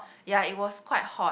ya it was quite hot